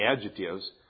adjectives